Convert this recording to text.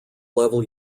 level